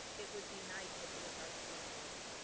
it would be nice if it was our school board.